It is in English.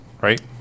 right